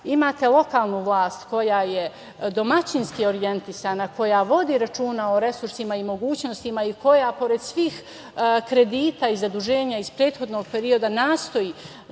imate lokalnu vlast, koja je domaćinski orjentisana, koja vodi računa o resursima i mogućnostima i koja pored svih kredita i zaduženja iz prethodnog perioda, nastoji